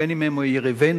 בין שהם יריבינו,